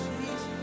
Jesus